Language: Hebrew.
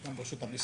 וגם לא רשות המיסים.